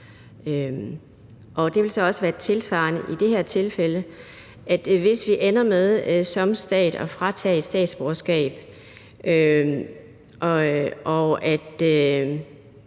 Det vil så være tilsvarende i det her tilfælde: Hvis vi ender med som stat at fratage et statsborgerskab